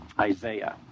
Isaiah